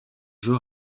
jeu